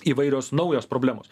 įvairios naujos problemos